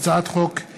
חברי הכנסת.